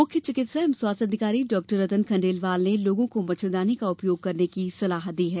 मुख्य चिकित्सा एवं स्वास्थ्य अधिकारी डा रतन खण्डेलवाल ने लोगों को मच्छरदानी का उपयोग करने की सलाह दी है